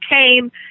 came